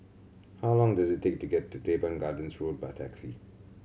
how long does it take to get to Teban Gardens Road by taxi